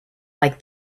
like